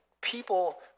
people